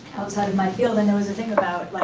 outside of my field. and there was a thing about,